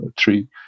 three